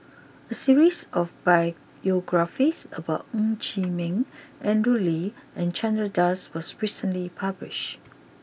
A series of biographies about Ng Chee Meng Andrew Lee and Chandra Das was recently published